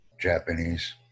Japanese